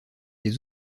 des